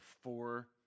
four